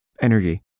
energy